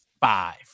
Five